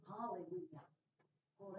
Hallelujah